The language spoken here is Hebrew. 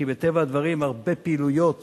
כי מטבע הדברים הרבה פעילויות